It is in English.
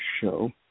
show